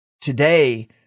today